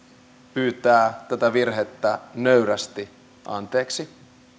pyytää tätä virhettä nöyrästi anteeksi